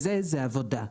נחשב לעבודה.